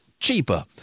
cheaper